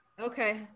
okay